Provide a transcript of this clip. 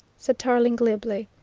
said tarling glibly.